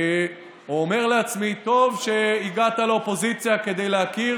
או אומר לעצמי, טוב שהגעת לאופוזיציה, כדי להכיר